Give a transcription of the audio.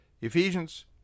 Ephesians